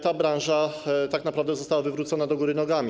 Ta branża tak naprawdę została wywrócona do góry nogami.